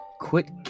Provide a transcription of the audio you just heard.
Quit